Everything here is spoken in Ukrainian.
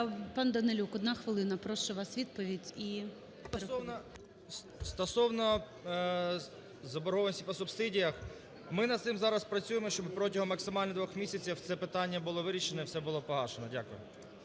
Пан Данилюк, 1 хвилина, прошу вас відповідь. 11:14:10 ДАНИЛЮК О.О. Стосовно заборгованості по субсидіях? Ми над цим зараз працюємо, щоб протягом, максимально, двох місяців це питання було вирішене і все було погашено. Дякую.